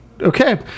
Okay